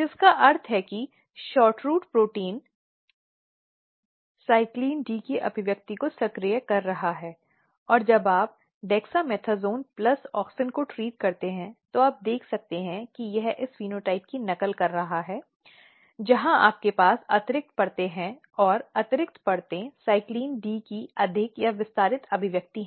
जिसका अर्थ है कि SHORTROOT प्रोटीन CYCLIN D की अभिव्यक्ति को सक्रिय कर रहा है और जब आप डेक्सामेथासोन प्लस ऑक्सिन को ट्रीट करते हैं तो आप देखें सकते है कि यह इस फेनोटाइप की नकल कर रहा है जहां आपके पास अतिरिक्त परतें हैं और अतिरिक्त परतें CYCLIN D की अधिक या विस्तारित अभिव्यक्ति हैं